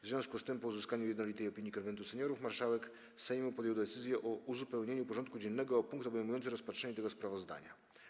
W związku z tym, po uzyskaniu jednolitej opinii Konwentu Seniorów, marszałek Sejmu podjął decyzję o uzupełnieniu porządku dziennego o punkt obejmujący rozpatrzenie tego sprawozdania.